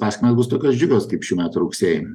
pasekmės bus tokios džiugios kaip šių metų rugsėjį